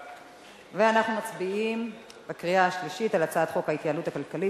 אנחנו מצביעים בקריאה השלישית על הצעת חוק ההתייעלות הכלכלית